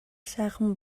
сайхан